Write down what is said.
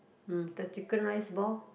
mm the chicken rice ball